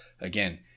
Again